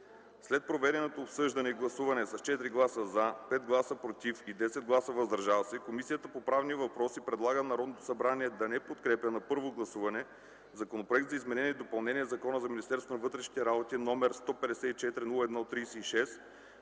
След проведеното обсъждане и гласуване с 4 гласа „за”, 5 гласа „против” и 10 гласа „въздържали се” Комисията по правни въпроси предлага на Народното събрание да не подкрепи на първо гласуване Законопроект за изменение на Закона за Министерството